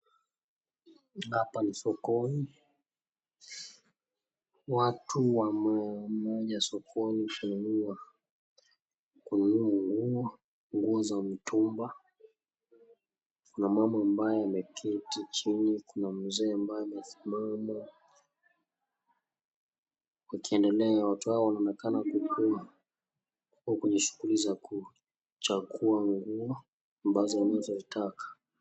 Hapa ni sokoni. Watu wameenda sokoni kununua, kununua nguo za mtumba. Kuna mama ambaye ameketi chini, kuna mzee ambaye amesimama. Wakiendelea, watu hao wanaonekana kuwa kwenye shughuli za kuchagua nguo ambazo wanazitaka.